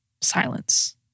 Silence